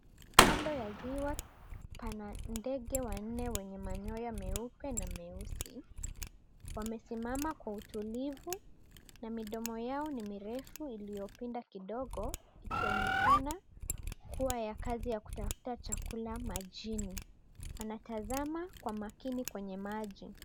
Kando ya ziwa pana ndege wanne wenye manyoya meupe na meusi. Wamesimama kwa utulivu na midomo yao ni mirefu iliyopinda kidogo ikionekana kuwa ya kazi ya kutafuta chakula majini. Wanatazama kwa makini kwenye maji.